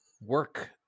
work